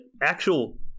actual